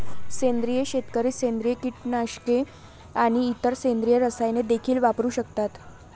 सेंद्रिय शेतकरी सेंद्रिय कीटकनाशके आणि इतर सेंद्रिय रसायने देखील वापरू शकतात